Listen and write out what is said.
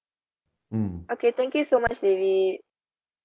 okay thank you so much david